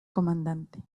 comandante